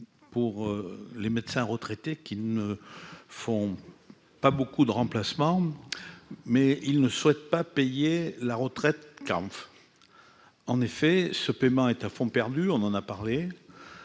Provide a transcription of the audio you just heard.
pour les médecins retraités qui ne font pas beaucoup de remplacement, mais ils ne souhaitent pas payer la retraite car en effet ce paiement est à fonds perdus, on en a parlé,